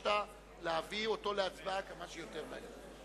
וביקשת להביא אותו להצבעה כמה שיותר מהר.